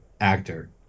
actor